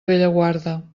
bellaguarda